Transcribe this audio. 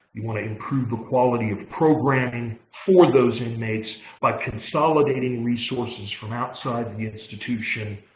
you want to improve the quality of programming for those inmates by consolidating resources from outside the institution,